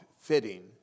fitting